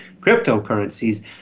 cryptocurrencies